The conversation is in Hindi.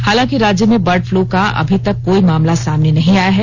हालांकि राज्य में बर्ड फ्लू का अभी तक कोई मामला सामने नहीं आया है